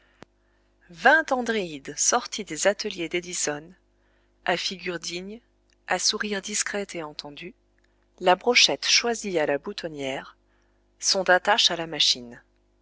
vingt andréides sortis des ateliers d'edison à figures dignes à sourire discret et entendu la brochette choisie à la boutonnière sont d'attache à la machine